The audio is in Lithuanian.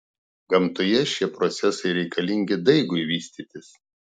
gamtoje šie procesai reikalingi daigui vystytis